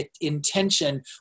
intention